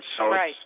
Right